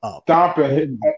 stomping